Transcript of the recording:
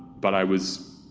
but i was.